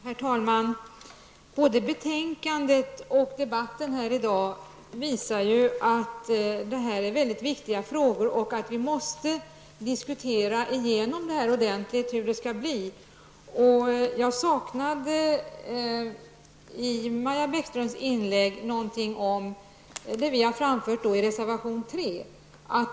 Herr talman! Både betänkandet och debatten här i dag visar att detta är mycket viktiga frågor, och vi måste ordentligt diskutera igenom hur det skall bli. Jag saknade i Maja Bäckströms inlägg något om det som vi reservanter framfört i reservation nr 3 om att det.